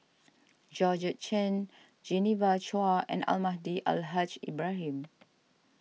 Georgette Chen Genevieve Chua and Almahdi Al Haj Ibrahim